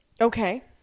okay